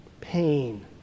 pain